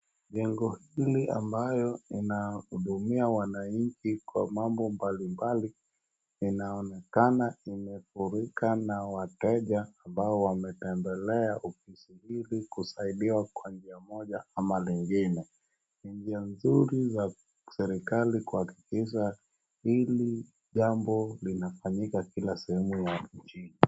Jengo hili ambayo inahudumiwa wananchi kwa mambo mbali mbali inaonekana imefurika na wateja ambao wametembela ofisi hili kusaidia kwa njia moja ama lingine. Ni njia mzuri za serekali kuhakikisha hili jambo linafanyika kila sehemu ya nchini.